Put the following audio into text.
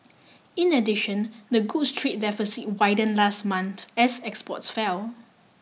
in addition the goods trade deficit widened last month as exports fell